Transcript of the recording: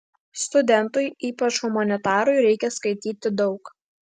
studentui ypač humanitarui reikia skaityti daug